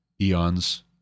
eons